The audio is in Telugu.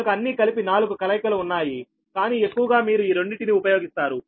కనుక అన్నీ కలిపి నాలుగు కలయికలు ఉన్నాయి కానీ ఎక్కువగా మీరు ఈ రెండింటిని ఉపయోగిస్తారు